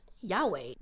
Yahweh